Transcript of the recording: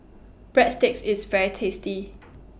Breadsticks IS very tasty